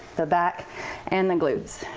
the back and the glutes.